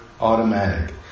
automatic